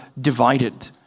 divided